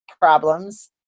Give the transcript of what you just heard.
problems